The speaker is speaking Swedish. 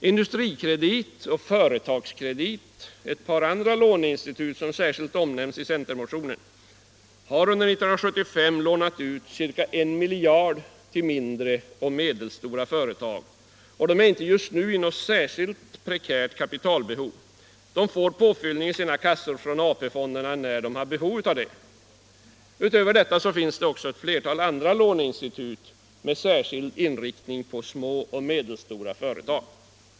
AB Industrikredit och AB Företagskredit — ett par andra låneinstitut som särskilt omnämns i centermotionen — har under 1975 lånat ut ca 1 miljard till mindre och medelstora företag, och de har inte just nu något särskilt prekärt kapitalbehov. De får påfyllning i sina kassor från AP-fonderna när de behöver det. Utöver detta finns det också ett flertal andra låneinstitut med speciell inriktning på små och medelstora företag.